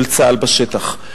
ושל צה"ל בשטח,